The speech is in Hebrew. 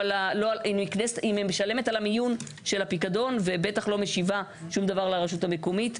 היא משלמת על המיון של הפיקדון ובטח לא משיבה שום דבר לרשות המקומית,